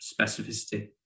specificity